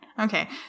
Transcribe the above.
Okay